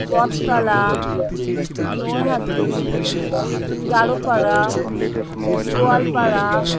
Battala Naihati Garopara Goalpara